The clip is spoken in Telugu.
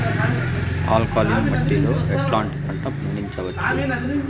ఆల్కలీన్ మట్టి లో ఎట్లాంటి పంట పండించవచ్చు,?